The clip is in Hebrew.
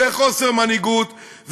זה חוסר מנהיגות,